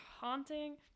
haunting